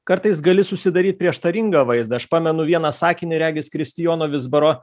kartais gali susidaryt prieštaringą vaizdą aš pamenu vieną sakinį regis kristijono vizbaro